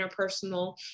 interpersonal